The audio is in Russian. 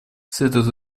следует